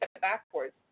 backwards